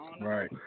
Right